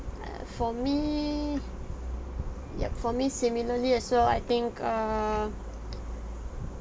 uh for me ya for me similarly as well I think err